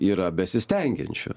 yra besistengiančių